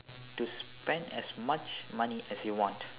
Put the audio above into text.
to spend as much money as you want